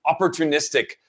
opportunistic